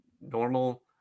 normal